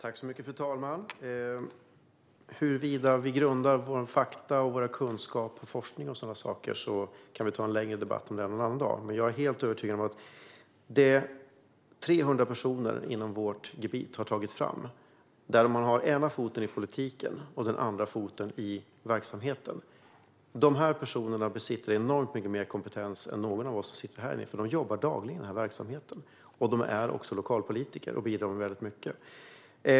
Fru talman! Huruvida vi grundar våra fakta och kunskaper på forskning och sådana saker kan vi ha en längre debatt om en annan dag. Jag är dock helt övertygad om det som över 300 personer inom vårt gebit med ena foten i politiken och andra i verksamheten har tagit fram. Dessa personer besitter enormt mycket mer kompetens än någon av oss som sitter här inne, för de jobbar dagligen i denna verksamhet. De är också lokalpolitiker och bidrar med väldigt mycket.